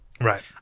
Right